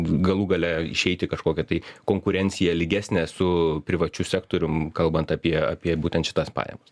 galų gale išeiti į kažkokią tai konkurenciją lygesnę su privačiu sektorium kalbant apie apie būtent šitas pajamas